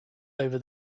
over